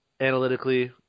analytically